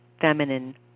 feminine